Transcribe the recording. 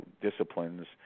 disciplines